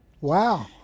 Wow